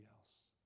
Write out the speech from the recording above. else